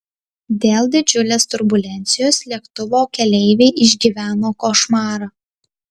dėl didžiulės turbulencijos lėktuvo keleiviai išgyveno košmarą